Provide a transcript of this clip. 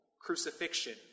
crucifixion